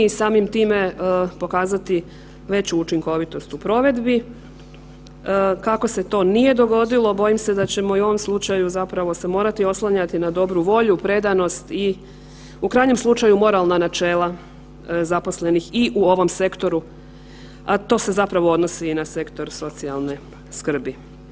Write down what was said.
Samim time pokazati veću učinkovitost u provedbi, kako se to nije dogodilo bojim se da ćemo i u ovom slučaju zapravo morati se oslanjati na dobru volju, predanost i u krajnjem slučaju moralna načela zaposlenih i u ovom sektoru, a to se zapravo odnosi i na sektor socijalne skrbi.